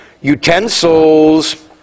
utensils